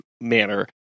manner